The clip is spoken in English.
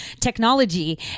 Technology